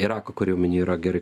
irako kariuomenė yra gerai